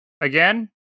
again